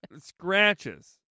scratches